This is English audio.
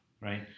right